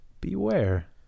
beware